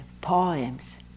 poems